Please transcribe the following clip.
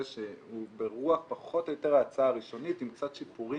שהוא ברוח פחות או יותר ההצעה הראשונית עם קצת שיפורים,